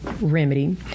remedy